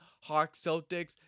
Hawks-Celtics